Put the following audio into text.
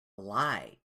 lie